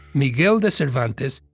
miguel de cervantes,